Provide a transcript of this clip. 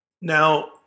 Now